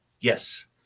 Yes